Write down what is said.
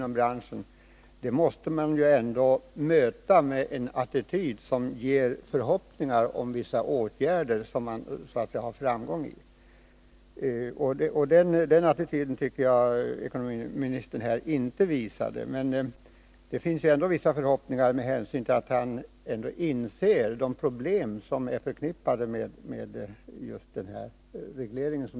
Man måste ju möta branschen med en attityd som inger förhoppningar om framgångsrika åtgärder. En sådan attityd tycker jag inte att ekonomiministern visade här. Men det finns ändå vissa förhoppningar med hänsyn till att han inser de problem som är förknippade med den nuvarande regleringen.